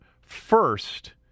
first